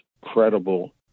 credible